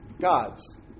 God's